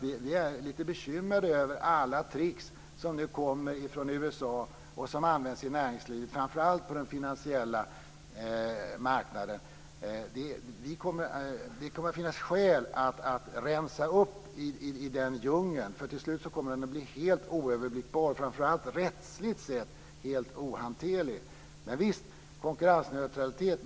Vi är lite bekymrade över alla tricks som nu kommer från USA och som används i näringslivet, framför allt på den finansiella marknaden. Det kommer att finnas skäl att rensa upp i den djungeln. Till slut kommer den att bli helt oöverblickbar, framför allt helt ohanterlig rättsligt sett. Visst ska vi ha konkurrensneutralitet.